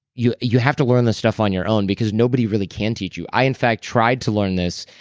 you you have to learn this stuff on your own because nobody really can teach you i in fact tried to learn this,